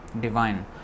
divine